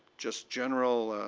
just general